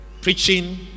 preaching